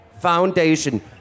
Foundation